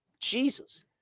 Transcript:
Jesus